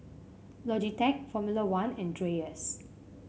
Logitech Formula One and Dreyers